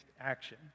action